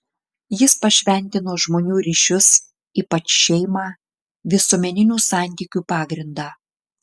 jis pašventino žmonių ryšius ypač šeimą visuomeninių santykių pagrindą